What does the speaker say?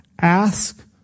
Ask